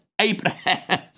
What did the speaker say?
Abraham